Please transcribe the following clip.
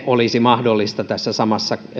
olisi mahdollista olla tässä samassa